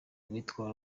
witwa